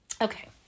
Okay